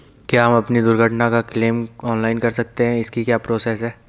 क्या हम अपनी दुर्घटना का क्लेम ऑनलाइन कर सकते हैं इसकी क्या प्रोसेस है?